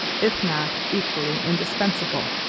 if not equally indispensable.